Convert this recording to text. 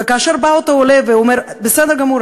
וכאשר בא אותו עולה ואומר: בסדר גמור,